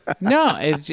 No